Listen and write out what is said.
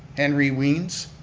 henry weins.